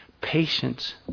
patience